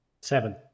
Seven